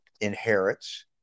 inherits